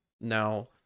now